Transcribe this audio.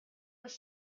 was